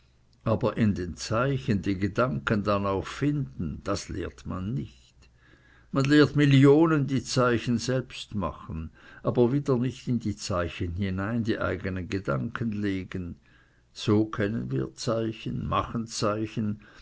aber in den zeichen die gedanken dann auch finden das lehrt man nicht man lehrt millionen die zeichen selbst machen aber wieder nicht in die zeichen hinein die eigenen gedanken legen so kennen wir zeichen machen zeichen